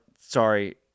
Sorry